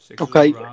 Okay